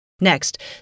Next